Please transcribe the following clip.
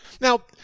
Now